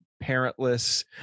Parentless